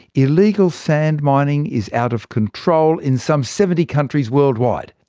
illegal sand mining is out of control in some seventy countries worldwide.